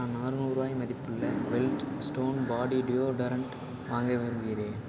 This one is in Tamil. நான் நானூறுபாய் மதிப்புள்ள வெல்ட் ஸ்டோன் பாடி டியோடரண்ட் வாங்க விரும்புகிறேன்